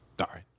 sorry